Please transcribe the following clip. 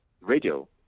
radio